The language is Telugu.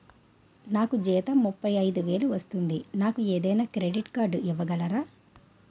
నాకు జీతం ముప్పై ఐదు వేలు వస్తుంది నాకు ఏదైనా క్రెడిట్ కార్డ్ ఇవ్వగలరా?